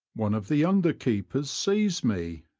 one of the under-keepers seized me,